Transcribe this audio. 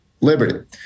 liberty